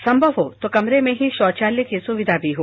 संभव हो तो कमरे में ही शौचालय की सुविधा भी हो